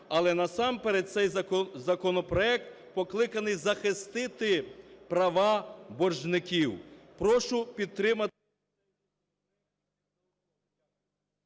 Але насамперед цей законопроект покликаний захистити права боржників. Прошу підтримати…